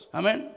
amen